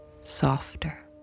softer